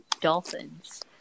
Dolphins